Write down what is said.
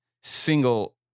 single